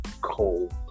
cold